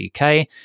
UK